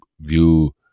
view